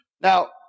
Now